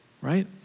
right